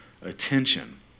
attention